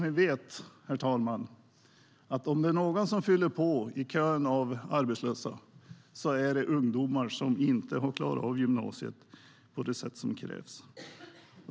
Vi vet, herr talman, att om det är några som fyller på i kön av arbetslösa är det ungdomar som inte har klarat av gymnasiet på det sätt som krävs.